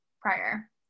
prior